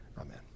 Amen